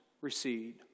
recede